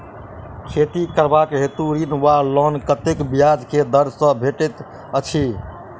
खेती करबाक हेतु ऋण वा लोन कतेक ब्याज केँ दर सँ भेटैत अछि?